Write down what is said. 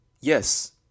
Yes